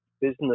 business